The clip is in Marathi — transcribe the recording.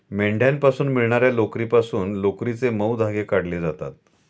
मेंढ्यांपासून मिळणार्या लोकरीपासून लोकरीचे मऊ धागे काढले जातात